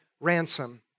ransom